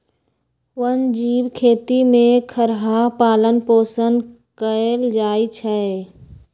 वन जीव खेती में खरहा पालन पोषण कएल जाइ छै